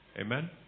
Amen